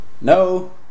No